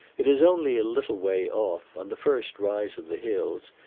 it is only a little way off, on the first rise of the hills,